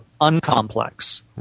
uncomplex